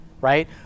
right